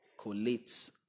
collates